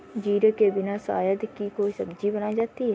जीरे के बिना शायद ही कोई सब्जी बनाई जाती है